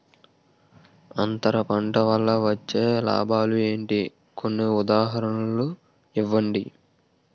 అంతర పంట వల్ల వచ్చే లాభాలు ఏంటి? కొన్ని ఉదాహరణలు ఇవ్వండి?